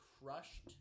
crushed